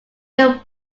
your